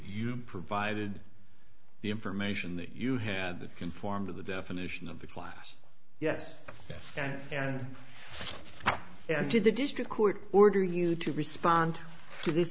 you provided the information that you had to conform to the definition of the class yes and to the district court order you to respond to this